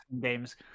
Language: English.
games